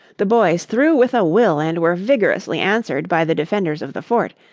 the boys threw with a will and were vigorously answered by the defenders of the fort,